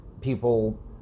people